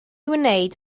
wneud